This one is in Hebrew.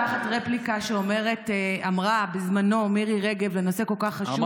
לקחת רפליקה שאמרה בזמנו מירי רגב בנושא כל כך חשוב,